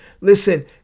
Listen